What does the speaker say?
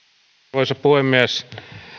arvoisa puhemies